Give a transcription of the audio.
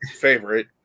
favorite